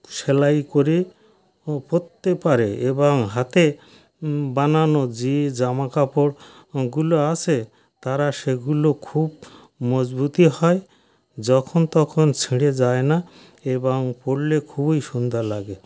সেলাই করে পরতে পারে এবং হাতে বানানো যে জামা কাপড় গুলো আসে তারা সেগুলো খুব মজবুতই হয় যখন তখন ছিঁড়ে যায় না এবং পরলে খুবই সুন্দর লাগে